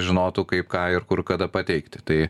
žinotų kaip ką ir kur kada pateikti tai